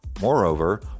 Moreover